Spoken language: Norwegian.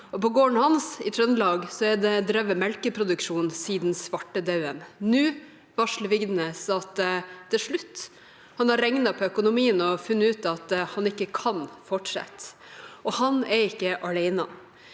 På gården hans i Trøndelag er det drevet melkeproduksjon siden svartedauden. Nå varsler Vigdenes at det er slutt. Han har regnet på økonomien og funnet ut at han ikke kan fortsette. Han er ikke alene.